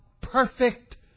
perfect